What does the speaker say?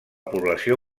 població